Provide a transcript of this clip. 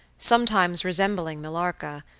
sometimes resembling millarca,